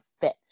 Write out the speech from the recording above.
fit